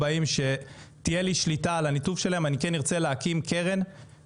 אני כן ארצה להקים קרן יחד עם משרד החדשנות ויחד עם משרד הכלכלה,